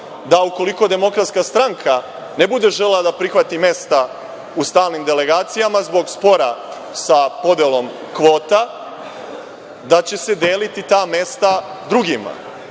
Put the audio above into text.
da ukoliko DS ne bude želela da prihvati mesta u stalnim delegacijama zbog spora sa podelom kvota, da će se deliti ta mesta drugima.